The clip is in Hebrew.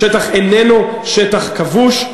השטח איננו שטח כבוש.